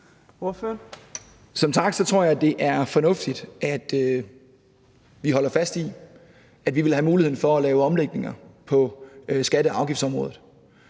Som sagt tror jeg, det er fornuftigt, at vi holder fast i, at vi vil have muligheden for at lave omlægninger på skatte- og afgiftsområdet,